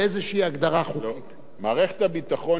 מערכת הביטחון היא מערכת הביטחון של מדינת ישראל.